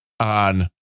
on